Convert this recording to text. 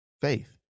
faith